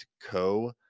.co